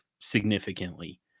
significantly